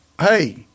hey